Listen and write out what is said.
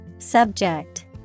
Subject